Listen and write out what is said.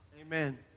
Amen